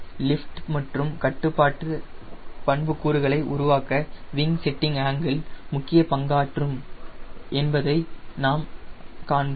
lift மற்றும் கட்டுப்பாட்டு பண்புக் கூறுகளை உருவாக்க விங் செட்டிங் ஆங்கிள் முக்கிய பங்காற்று என்பதை நாம் காண்போம்